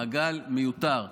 מעגל מיותר.